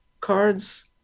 cards